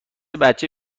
بچه